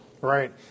Right